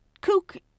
kook